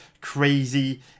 crazy